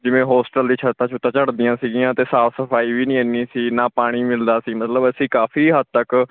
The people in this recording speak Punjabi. ਜਿਵੇਂ ਹੋਸਟਲ ਦੀ ਛੱਤਾਂ ਛੂੱਤਾਂ ਝੜਦੀਆਂ ਸੀਗੀਆਂ ਅਤੇ ਸਾਫ ਸਫਾਈ ਵੀ ਨਹੀਂ ਇੰਨੀ ਸੀ ਨਾ ਪਾਣੀ ਮਿਲਦਾ ਸੀ ਮਤਲਬ ਅਸੀਂ ਕਾਫੀ ਹੱਦ ਤੱਕ